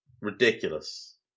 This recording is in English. Ridiculous